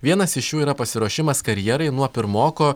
vienas iš jų yra pasiruošimas karjerai nuo pirmoko